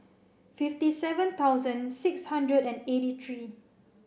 fifty seven thousand six hundred and eighty three